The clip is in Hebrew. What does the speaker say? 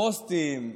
פוסטים,